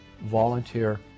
Volunteer